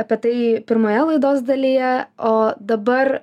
apie tai pirmoje laidos dalyje o dabar